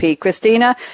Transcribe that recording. Christina